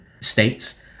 states